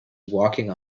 walking